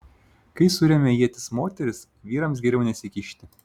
kai suremia ietis moterys vyrams geriau nesikišti